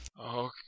Okay